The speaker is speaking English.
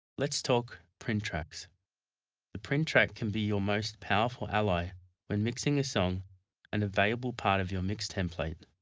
let's talk print tracks the print track can be your most powerful ally when mixing a song and a valuable part of your mix template.